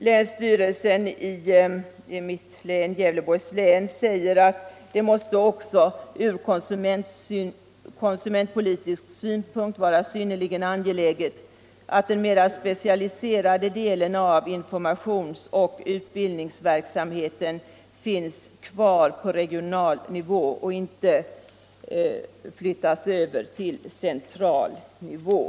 Länsstyrelsen i mitt län, Gävleborgs län, säger att det måste också ur konsumentpolitisk synpunkt vara synnerligen angeläget att den mera specialiserade delen av informationsoch utbildningsverksamheten finns kvar på regional nivå och inte flyttas över till central nivå.